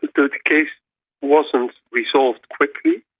the case wasn't resolved quickly,